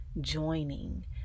joining